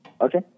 Okay